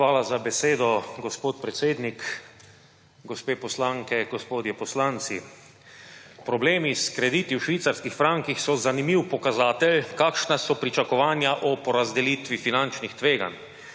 Hvala za besedo, gospod predsednik. Gospe poslanke, gospodje poslanci! Problemi s krediti v švicarskih frankih so zanimiv pokazatelj, kakšna so pričakovanja ob razdelitvi finančnih tveganj,